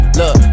look